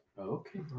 Okay